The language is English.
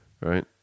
Right